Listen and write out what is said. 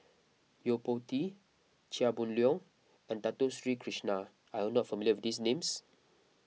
Yo Po Tee Chia Boon Leong and Dato Sri Krishna are you not familiar with these names